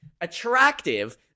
attractive